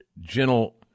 gentle